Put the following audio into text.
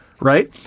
right